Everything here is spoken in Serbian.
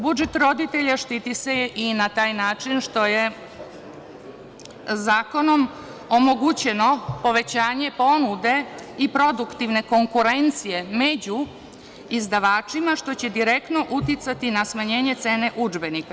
Budžet roditelja štiti se i na taj način što je zakonom omogućeno povećanje ponude i produktivne konkurencije među izdavačima, što će direktno uticati na smanjenje cene udžbenika.